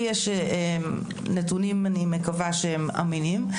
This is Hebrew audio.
לי יש נתונים אני מקווה שהם אמינים.